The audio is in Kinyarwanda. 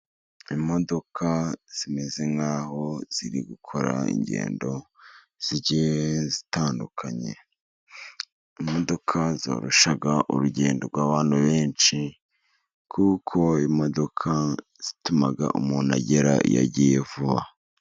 Imodoka zimeze nk'aho ziri gukora ingendo zitandukanye . Imodoka zorosha urugendo rw'abantu benshi, kuko imodoka zatuma umuntu agera iyo agiye vuba.